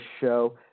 show